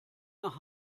nach